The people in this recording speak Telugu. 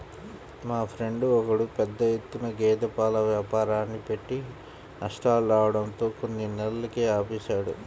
మా ఫ్రెండు ఒకడు పెద్ద ఎత్తున గేదె పాల వ్యాపారాన్ని పెట్టి నష్టాలు రావడంతో కొన్ని నెలలకే ఆపేశాడు